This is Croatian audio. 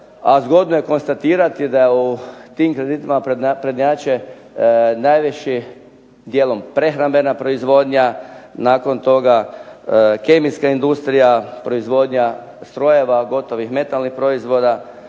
a zgodno je konstatirati da u tim kreditima prednjače najveći dijelom prehrambena proizvodnja, nakon toga kemijska industrija, proizvodnja strojeva, gotovih metalnih proizvoda,